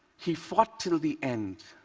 he fought till the end,